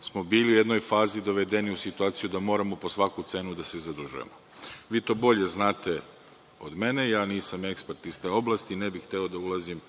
smo bili u jednoj fazi dovedeni u situaciju da moramo po svaku cenu da se zadužujemo. Vi to bolje znate od mene, ja nisam ekspert iz te oblasti i ne bih hteo da ulazim